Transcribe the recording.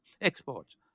exports